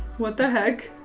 what the heck.